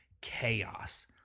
chaos